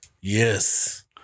Yes